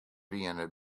wiene